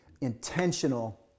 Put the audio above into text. intentional